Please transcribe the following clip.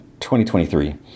2023